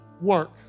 work